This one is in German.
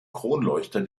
kronleuchter